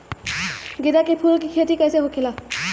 गेंदा के फूल की खेती कैसे होखेला?